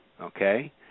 okay